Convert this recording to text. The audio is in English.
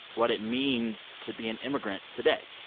what it means to be an immigrant today.